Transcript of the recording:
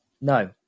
no